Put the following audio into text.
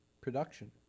production